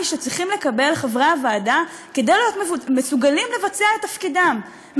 שצריכים לקבל חברי הוועדה כדי להיות מסוגלים לבצע את תפקידם,